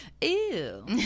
Ew